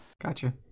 Gotcha